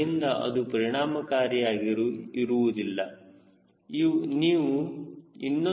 ಆದ್ದರಿಂದ ಅದು ಪರಿಣಾಮಕಾರಿಯಾಗಿ ಇರುವುದಿಲ್ಲ